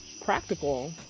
practical